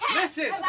listen